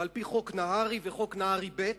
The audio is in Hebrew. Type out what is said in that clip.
ועל-פי חוק נהרי וחוק נהרי ב'.